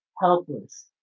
helpless